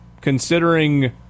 considering